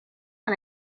par